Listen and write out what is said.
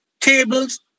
tables